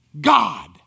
God